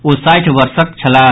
ओ साठि वर्षक छलाह